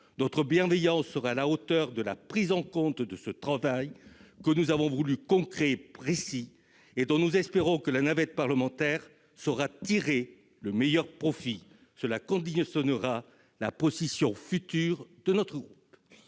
Notre bienveillance sera à la hauteur de la prise en compte de ce travail que nous avons voulu concret et précis et dont nous espérons que la navette parlementaire saura tirer le meilleur profit. Cela conditionnera la position future de mon groupe.